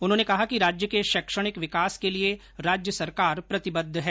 उन्होंने कहा कि राज्य के शैक्षणिक विकास के लिए राज्य सरकार प्रतिबद्ध है